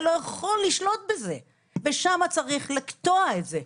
לא יכול לשלוט בזה ושם צריך לקטוע את זה.